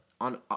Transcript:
on